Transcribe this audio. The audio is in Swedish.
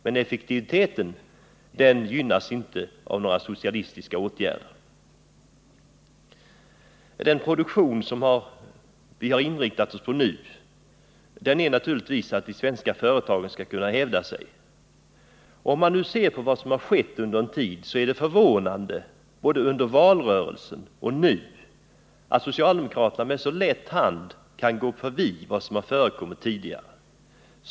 Men effektiviteten gynnas inte av socialistiska åtgärder. Den produktion som vi nu har inriktat oss på innebär naturligtvis att de svenska företagen skall kunna hävda sig. Om man ser på vad som har skett, är det förvånande att socialdemokraterna både under valrörelsen och senare med så lätt hand har kunnat gå förbi vad som har förekommit tidigare.